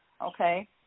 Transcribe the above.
okay